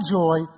joy